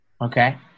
Okay